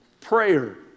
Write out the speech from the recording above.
Prayer